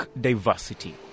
diversity